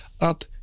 up